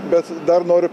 bet dar noriu